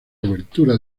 cobertura